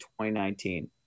2019